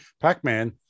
pac-man